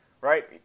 right